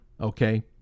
Okay